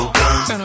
guns